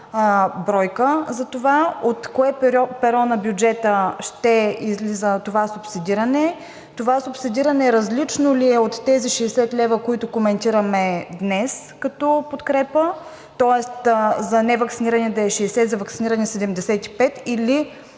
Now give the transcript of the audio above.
бройка за това от кое перо на бюджета ще излиза това субсидиране. Това субсидиране различно ли е от тези 60 лв., които коментираме днес като подкрепа, тоест за неваксинирани да е 60 лв., за ваксинирани да е